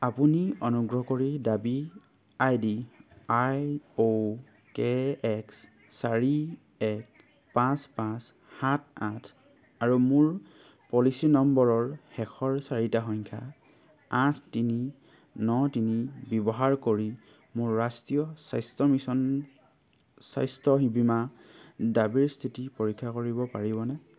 আপুনি অনুগ্ৰহ কৰি দাবী ID I O K X চাৰি এক পাঁচ পাঁচ সাত আঠ আৰু মোৰ পলিচি নম্বৰৰ শেষৰ চাৰিটা সংখ্যা আঠ তিনি ন তিনি ব্যৱহাৰ কৰি মোৰ ৰাষ্ট্ৰীয় স্বাস্থ্য মিছন স্বাস্থ্য বীমা দাবীৰ স্থিতি পৰীক্ষা কৰিব পাৰিবনে